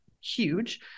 huge